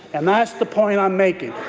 and that's the point i'm making.